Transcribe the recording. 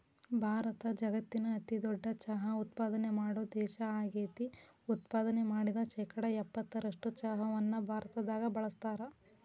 ಭಾರತ ಜಗತ್ತಿನ ಅತಿದೊಡ್ಡ ಚಹಾ ಉತ್ಪಾದನೆ ಮಾಡೋ ದೇಶ ಆಗೇತಿ, ಉತ್ಪಾದನೆ ಮಾಡಿದ ಶೇಕಡಾ ಎಪ್ಪತ್ತರಷ್ಟು ಚಹಾವನ್ನ ಭಾರತದಾಗ ಬಳಸ್ತಾರ